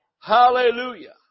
Hallelujah